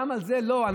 גם על זה לא, תודה.